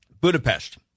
Budapest